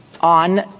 on